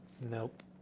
Nope